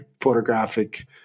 photographic